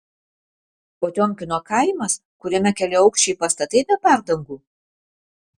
potiomkino kaimas kuriame keliaaukščiai pastatai be perdangų